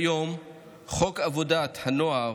כיום חוק עבודת הנוער,